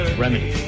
remedy